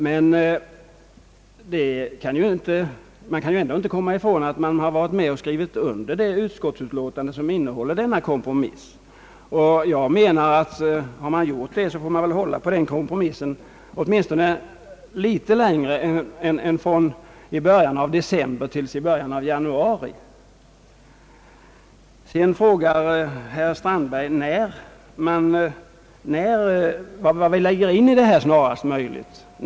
Reservanterna av i dag kan ändå inte komma ifrån att de har varit med och skrivit under det utskottsutlåtande, som innehåller en kompromiss, och jag anser att när de gjort det så får de hålla på den kompromissen åtminstone litet längre än från i början av december till i början av januari. Sedan frågar herr Strandberg vad vi lägger in i orden »snarast möjligt».